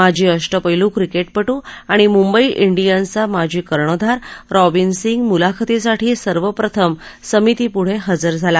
माजी अष्टपैलू क्रिकेटपट्ट आणि मुंबई डियन्सचा माजी कर्णधार रॉबिन सिंग मुलाखतीसाठी सर्वप्रथम समितीपुढं हजर झाला